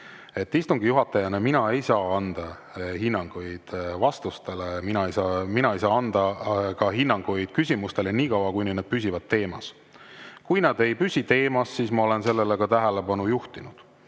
Istungi juhatajana mina ei saa anda hinnanguid vastustele, mina ei saa anda ka hinnanguid küsimustele nii kaua, kuni nad püsivad teemas. Kui nad ei püsi teemas, siis ma olen sellele ka tähelepanu juhtinud.